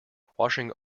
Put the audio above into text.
washing